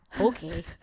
okay